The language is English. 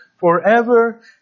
forever